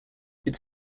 its